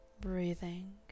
breathing